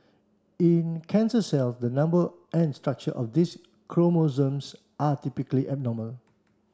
in cancer cells the number and structure of these chromosomes are typically abnormal